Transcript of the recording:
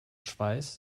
schweiß